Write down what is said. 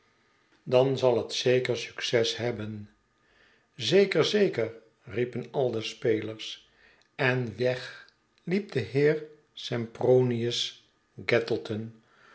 dan zal het succes hebben zekerl zekerl riepen al de spelers en weg liep de heer sempronius